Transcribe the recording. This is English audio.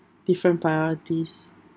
different priorities